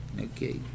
okay